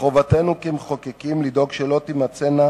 מחובתנו כמחוקקים לדאוג שלא תימצאנה